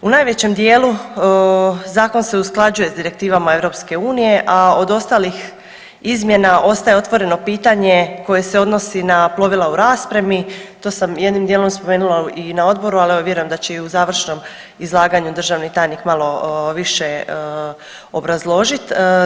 U najvećem dijelu Zakon se usklađuje s direktivama Europske unije a od ostalih izmjena ostaje otvoreno pitanje koje se odnosi na plovila u raspremi, to sam jednim dijelom spomenula i na Odboru, ali evo vjerujem da će i u završnom izlaganju državni tajnik malo više obrazložit.